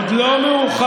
עוד לא מאוחר.